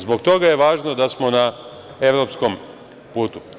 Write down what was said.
Zbog toga je važno da smo na evropskom putu.